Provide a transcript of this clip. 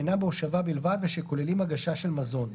שאינם בהושבה בלבד ושכוללים הגשה של מזון,